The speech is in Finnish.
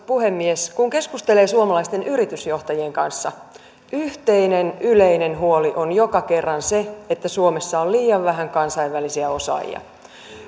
puhemies kun keskustelee suomalaisten yritysjohtajien kanssa yhteinen yleinen huoli on joka kerran se että suomessa on liian vähän kansainvälisiä osaajia